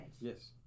Yes